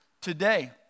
today